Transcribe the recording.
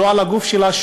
לא על הגוף שלה,